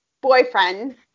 boyfriend